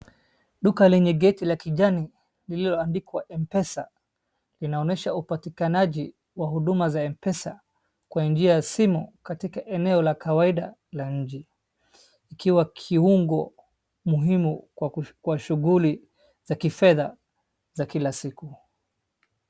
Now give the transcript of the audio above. Duka lenye gate la kijani lililoandikwa M-pesa, inaonyesha upatikanaji wa huduma za M-pesa kwa njia ya simu katika eneo la kawaida la nchi. Ikiwa kiungo muhimu kwa shughuli za kifedha za kila siku.